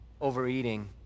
overeating